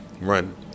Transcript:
run